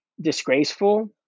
disgraceful